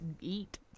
eat